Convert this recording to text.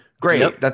Great